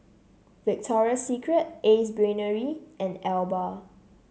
Victoria Secret Ace Brainery and Alba